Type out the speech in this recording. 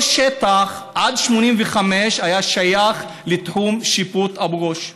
אותו שטח, עד 1985 היה שייך לתחום שיפוט אבו גוש.